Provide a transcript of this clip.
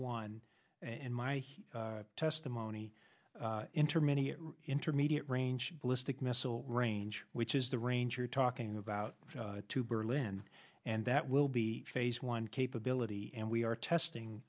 one and my testimony interim any intermediate range ballistic missile range which is the range you're talking about to berlin and that will be phase one capability and we are testing